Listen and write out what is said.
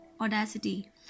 audacity